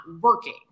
working